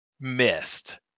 missed